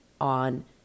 on